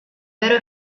vero